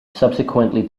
subsequently